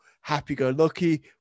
happy-go-lucky